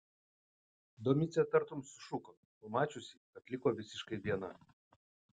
domicė tartum sušuko pamačiusi kad liko visiškai viena